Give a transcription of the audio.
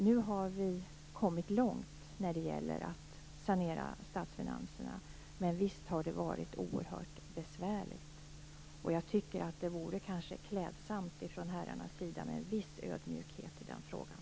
Nu har vi kommit långt när det gäller saneringen av statsfinanserna. Men visst har det varit oerhört besvärligt. Jag tycker att det kanske vore klädsamt ifrån herrarnas sida med en viss ödmjukhet i den här frågan.